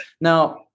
Now